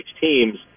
teams